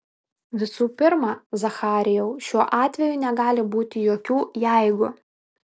visų pirma zacharijau šiuo atveju negali būti jokių jeigu